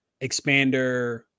Expander